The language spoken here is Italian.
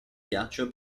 ghiaccio